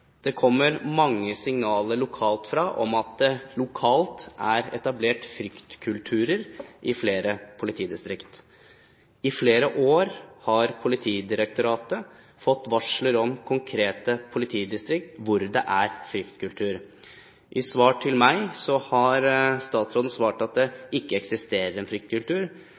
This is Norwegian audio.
Det kommer mange signaler fra lokalt hold om at det er etablert fryktkulturer i flere politidistrikt. I flere år har Politidirektoratet fått varsler om konkrete politidistrikt hvor det er fryktkultur. I svar til meg har statsråden uttalt at det ikke eksisterer en fryktkultur,